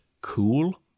cool